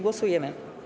Głosujemy.